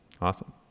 Awesome